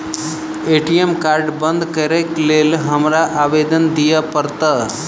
ATM card बंद करैक लेल हमरा आवेदन दिय पड़त?